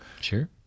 Sure